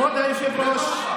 כבוד היושב-ראש,